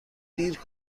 دیر